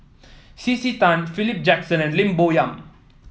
C C Tan Philip Jackson and Lim Bo Yam